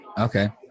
okay